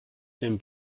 den